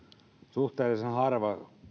suhteellisen harva saa